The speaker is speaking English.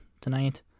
tonight